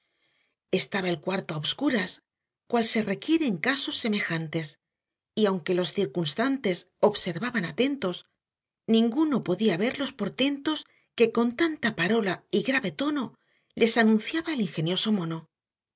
estaba el cuarto a obscuras cual se requiere en casos semejantes y aunque los circunstantes observaban atentos ninguno ver podía los portentos que con tanta parola y grave tono les anunciaba el ingenioso mono